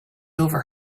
over